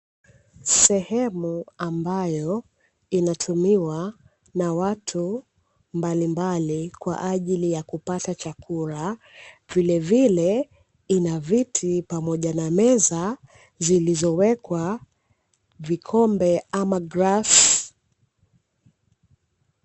Sehemu ambayo inatumiwa na watu mbalimbali kwa ajili ya kupata chakula, vilevile ina viti pamoja na meza ziliyowekwa vikombe ama glasi.